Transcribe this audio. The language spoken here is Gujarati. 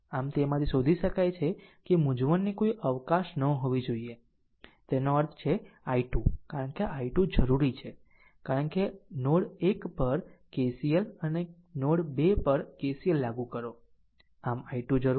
આમ તેમાંથી શોધી શકાય છે કે મૂંઝવણની કોઈ અવકાશ ન હોવી જોઈએ તેનો અર્થ છે i2 કારણ કે i2 જરૂરી છે કારણ કે નોડ 1 પર KCL અને નોડ 2 પર KCL લાગુ કરો આમ i2 જરૂરી છે